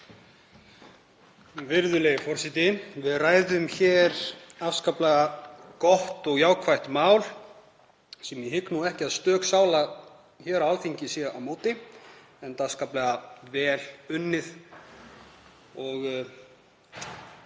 Virðulegi forseti. Við ræðum hér afskaplega gott og jákvætt mál sem ég hygg nú ekki að stök sála á Alþingi sé á móti enda afskaplega vel unnið og